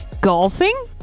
golfing